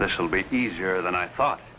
this will be easier than i thought